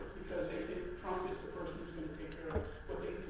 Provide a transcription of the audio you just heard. because they didn't promise the person to sort of